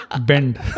bend